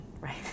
Right